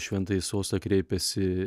šventąjį sostą kreipėsi